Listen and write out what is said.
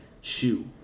shoe